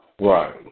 Right